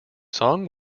song